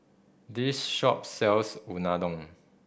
this shop sells Unadon